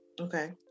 Okay